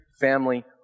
family